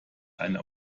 eine